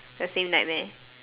the same nightmare